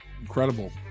incredible